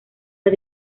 las